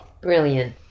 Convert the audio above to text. brilliant